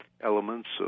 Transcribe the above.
elements